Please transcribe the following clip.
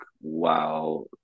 wow